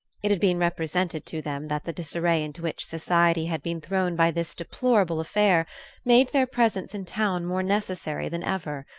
it had been represented to them that the disarray into which society had been thrown by this deplorable affair made their presence in town more necessary than ever.